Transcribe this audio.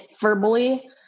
verbally